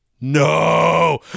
no